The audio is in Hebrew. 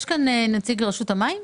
יש כאן נציג של רשות המים?